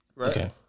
Okay